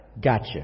Gotcha